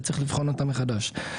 וצריך לבחון אותה מחדש.